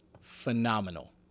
phenomenal